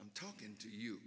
i'm talking to you